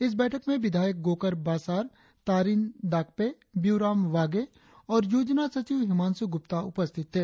इस बैठक में विधायक गोकर बासार तारिन दाकपे बियुराम वागे और योजना सचिव हिमांशु गुप्ता उपस्थित थे